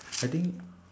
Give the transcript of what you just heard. I think